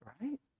Right